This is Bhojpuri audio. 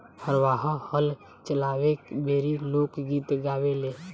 हरवाह हल चलावे बेरी लोक गीत गावेले